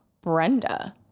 Brenda